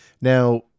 Now